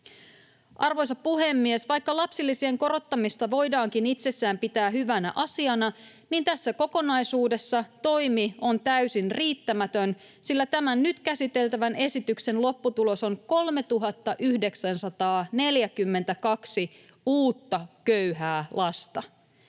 Arvoisa puhemies! Vaikka lapsilisien korottamista voidaankin itsessään pitää hyvänä asiana, niin tässä kokonaisuudessa toimi on täysin riittämätön, sillä tämän nyt käsiteltävän esityksen lopputulos on 3 942 uutta köyhää lasta.